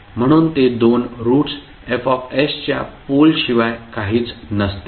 म्हणून ते दोन रूट्स F च्या पोलशिवाय काहीच नसतील